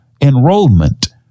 enrollment